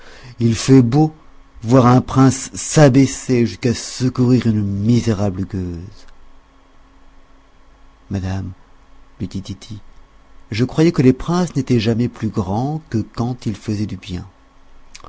il fait beau voir un prince s'abaisser jusqu'à secourir une misérable gueuse madame lui dit tity je croyais que les princes n'étaient jamais plus grands que quand ils faisaient du bien